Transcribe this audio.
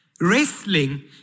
wrestling